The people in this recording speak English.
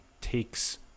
takes